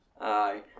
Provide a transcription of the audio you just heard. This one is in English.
Aye